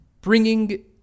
bringing